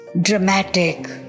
dramatic